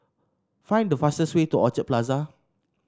find the fastest way to Orchard Plaza